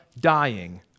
dying